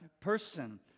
person